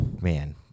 man